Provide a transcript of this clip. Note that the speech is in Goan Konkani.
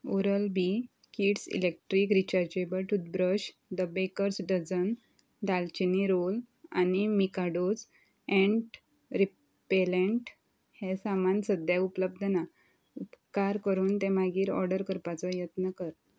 oral B kids electric rechargeable toothbrush the bakers dozen दालचिनी रोल आनी मिकाडोज एंट रिपेलंट हें सामान सद्या उपलब्ध ना उपकार करून तें मागीर ऑर्डर करपाचो यत्न कर